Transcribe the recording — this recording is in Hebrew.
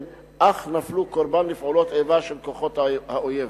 אך נפלו קורבן לפעולות איבה של כוחות האויב.